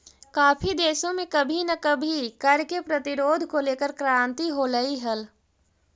काफी देशों में कभी ना कभी कर के प्रतिरोध को लेकर क्रांति होलई हल